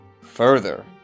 Further